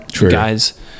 guys